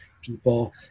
people